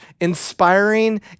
inspiring